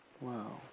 Wow